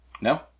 No